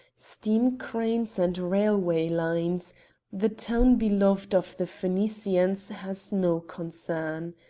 steam cranes and railway lines the town beloved of the phoenicians has no concern.